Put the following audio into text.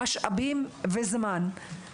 משאבים וזמן.